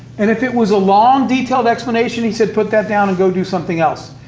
and if it was a long, detailed explanation, he said, put that down and go do something else.